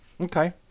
Okay